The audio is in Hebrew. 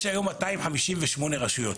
יש היום 258 רשויות,